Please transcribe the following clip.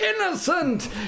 innocent